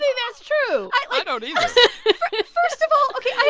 that's true i don't, either first of all, i